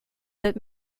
that